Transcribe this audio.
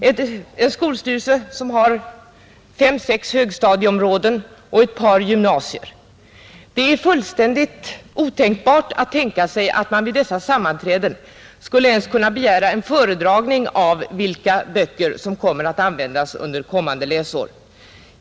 I en skolstyrelse med fem eller sex högstadieområden och ett par gymnasier är det helt otänkbart att man vid sina sammanträden ens skall kunna begära en föredragning av vilka böcker som kommer att användas under kommande läsår.